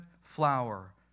flower